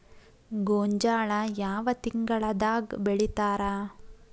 ಗೋಂಜಾಳ ಯಾವ ತಿಂಗಳದಾಗ್ ಬೆಳಿತಾರ?